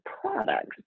products